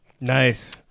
Nice